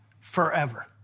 forever